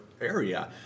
area